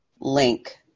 link